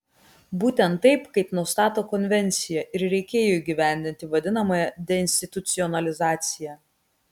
būtent taip kaip nustato konvencija ir reikėjo įgyvendinti vadinamąją deinstitucionalizaciją